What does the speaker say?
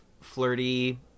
flirty